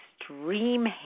extreme